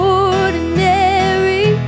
ordinary